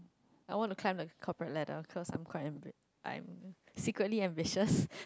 I want to climb the cooperate ladder cause I am quite ambi~ I'm secretly ambitious